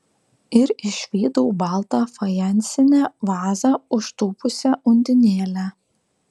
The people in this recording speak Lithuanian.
ir išvydau baltą fajansinę vazą užtūpusią undinėlę